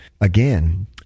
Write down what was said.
again